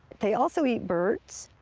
they also eat birds,